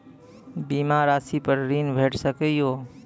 बीमा रासि पर ॠण भेट सकै ये?